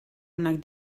onak